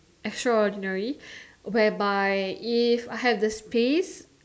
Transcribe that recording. extraordinary where by if I have the space